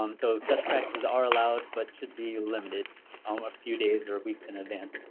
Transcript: um so such practices are allowed but should be limited um a few days or weeks in advance.